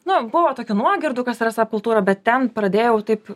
na buvo tokių nuogirdų kas yra sap kultūra bet ten pradėjau taip